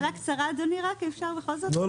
תודה רבה,